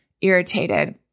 irritated